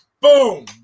boom